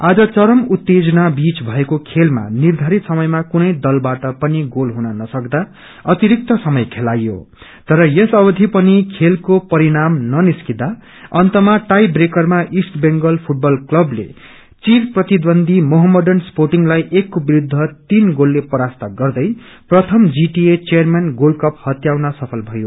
आज चरम उत्तेजनाबीच भएको खेलामा निधारित समयमा कुनै दलबाट पनि गोल हुन नसक्दा अतिरिक्त समय खेलाइयो तर यस अवधि पनि खेलको परिणाम नरिस्कदा अन्तमा टाई ब्रेकरमा ईष्ट बेंगल फूटबल क्लबले चिरप्रतिद्वन्दी मोहम्मडन र्स्पोटिङलाई एकको विरूद्व तीन गोलको परास्त गर्दै प्रामि जीटिए चंयरम्यान गोल्ड कपह त्याउन सफल भयो